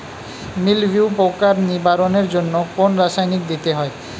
মিলভিউ পোকার নিবারণের জন্য কোন রাসায়নিক দিতে হয়?